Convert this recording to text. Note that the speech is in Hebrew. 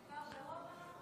יקר ברומא?